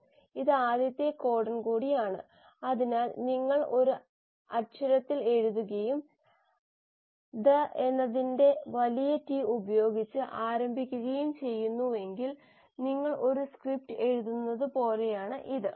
ഇത് ആദ്യത്തെ കോഡൺ കൂടിയാണ് അതിനാൽ നിങ്ങൾ ഒരു അക്ഷരത്തിൽ എഴുതുകയും The എന്നതിന്റെ വലിയ T ഉപയോഗിച്ച് ആരംഭിക്കുകയും ചെയ്യുന്നുവെങ്കിൽ നിങ്ങൾ ഒരു സ്ക്രിപ്റ്റ് എഴുതുന്നത് പോലെയാണ് ഇത്